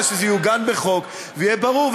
אלא שזה יעוגן בחוק ויהיה ברור,